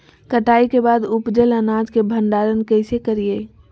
कटाई के बाद उपजल अनाज के भंडारण कइसे करियई?